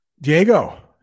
Diego